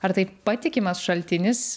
ar tai patikimas šaltinis